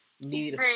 need